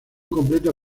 completa